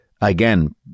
again